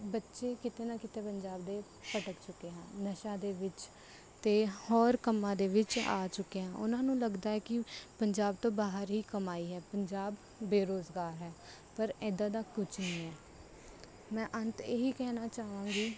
ਬੱਚੇ ਕਿਤੇ ਨਾ ਕਿਤੇ ਪੰਜਾਬ ਦੇ ਭਟਕ ਚੁੱਕੇ ਹਨ ਨਸ਼ਿਆਂ ਦੇ ਵਿੱਚ ਅਤੇ ਹੋਰ ਕੰਮਾਂ ਦੇ ਵਿੱਚ ਆ ਚੁੱਕੇ ਹੈ ਉਹਨਾਂ ਨੂੰ ਲੱਗਦਾ ਹੈ ਕਿ ਪੰਜਾਬ ਤੋਂ ਬਾਹਰ ਹੀ ਕਮਾਈ ਹੈ ਪੰਜਾਬ ਬੇਰੁਜ਼ਗਾਰ ਹੈ ਪਰ ਇਦਾਂ ਦਾ ਕੁੱਝ ਨਹੀਂ ਹੈ ਮੈਂ ਅੰਤ ਇਹੀ ਕਹਿਣਾ ਚਾਹਵਾਂਗੀ